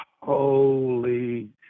holy